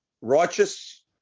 righteous